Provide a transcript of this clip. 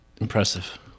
Impressive